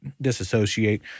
disassociate